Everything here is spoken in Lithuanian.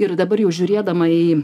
ir dabar jau žiūrėdama į